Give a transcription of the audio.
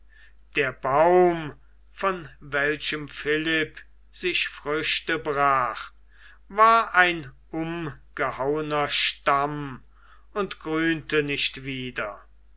der baum von welchem philipp sich früchte brach war ein umgehauener stamm und grünte nicht wieder